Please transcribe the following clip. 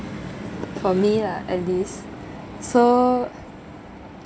for me lah at least so